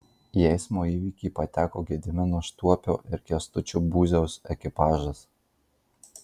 į eismo įvykį pateko gedimino štuopio ir kęstučio būziaus ekipažas